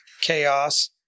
chaos